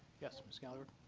yes, ms. gallagher?